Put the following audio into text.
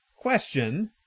question